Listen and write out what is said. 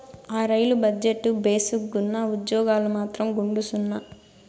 ఆ, రైలు బజెట్టు భేసుగ్గున్నా, ఉజ్జోగాలు మాత్రం గుండుసున్నా